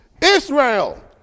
Israel